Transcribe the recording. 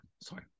Sorry